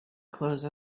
close